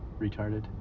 Retarded